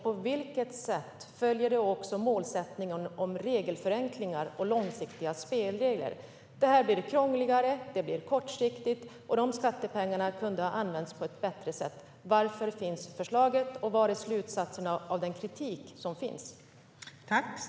På vilket sätt följer det målsättningen om regelförenklingar och långsiktiga spelregler? Det här blir krångligare, och det blir kortsiktigt. De skattepengarna kunde ha använts på ett bättre sätt. Varför finns förslaget, och vad är slutsatserna av den kritik som finns?